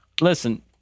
Listen